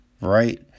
right